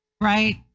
Right